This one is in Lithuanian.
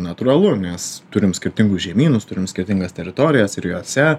natūralu nes turim skirtingus žemynus turim skirtingas teritorijas ir jose